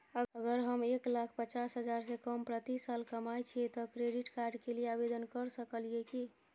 अगर हम एक लाख पचास हजार से कम प्रति साल कमाय छियै त क्रेडिट कार्ड के लिये आवेदन कर सकलियै की?